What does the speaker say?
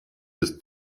bis